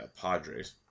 Padres